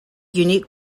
unique